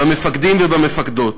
במפקדים ובמפקדות.